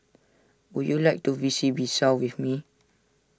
would you like to visit Bissau with me